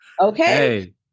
Okay